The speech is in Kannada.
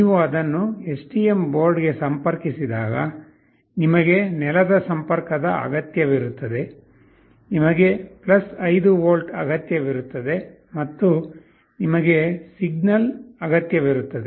ನೀವು ಅದನ್ನು STM ಬೋರ್ಡ್ಗೆ ಸಂಪರ್ಕಿಸಿದಾಗ ನಿಮಗೆ ಗ್ರೌಂಡ್ ನ ಸಂಪರ್ಕದ ಅಗತ್ಯವಿರುತ್ತದೆ ನಿಮಗೆ 5V ಅಗತ್ಯವಿರುತ್ತದೆ ಮತ್ತು ನಿಮಗೆ ಸಿಗ್ನಲ್ ಅಗತ್ಯವಿರುತ್ತದೆ